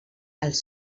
els